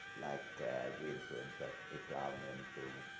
like the influence of islam and